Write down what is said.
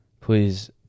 please